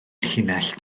llinell